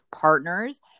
partners